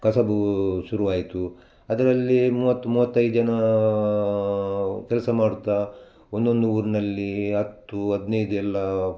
ಕಸುಬೂ ಶುರುವಾಯಿತು ಅದರಲ್ಲಿ ಮೂವತ್ತು ಮೂವತ್ತೈದು ಜನ ಕೆಲಸ ಮಾಡುತ್ತಾ ಒಂದೊಂದು ಊರಿನಲ್ಲಿ ಹತ್ತು ಹದಿನೈದು ಎಲ್ಲ